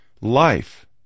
life